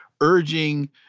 urging